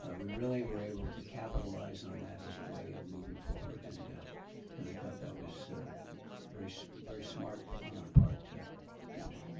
ah we really were able to capitalize on that as a way of moving forward. and and i thought that was very very smart on our part to to do that.